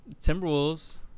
Timberwolves